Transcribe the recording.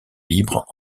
libres